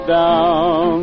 down